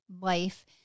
life